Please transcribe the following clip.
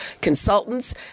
Consultants